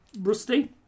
Rusty